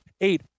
Eight